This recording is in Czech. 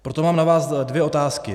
Proto mám na vás dvě otázky.